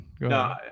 No